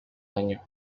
año